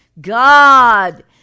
God